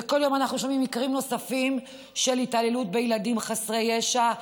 וכל יום אנחנו שומעים על מקרים נוספים של התעללות בילדים חסרי ישע,